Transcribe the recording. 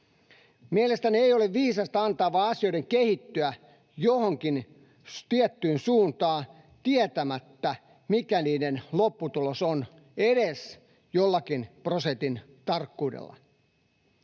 Mielestäni ei ole viisasta antaa vain asioiden kehittyä johonkin tiettyyn suuntaan tietämättä, mikä niiden lopputulos on edes jollakin prosentin tarkkuudella.